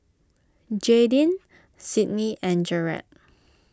Jaidyn Sydney and Jered